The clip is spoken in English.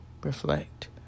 reflect